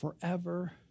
forever